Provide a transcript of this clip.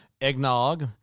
eggnog